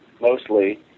mostly